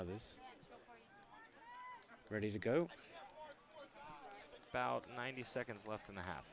others ready to go about ninety seconds left in the h